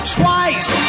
twice